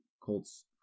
Colts